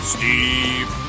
Steve